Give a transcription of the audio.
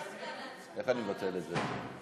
איך אני מבטל את זה?